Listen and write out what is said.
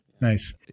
Nice